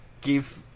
give